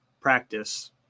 practice